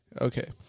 Okay